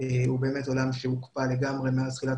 זה עולם שבאמת הוקפא לגמרי מאז תחילת